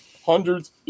hundreds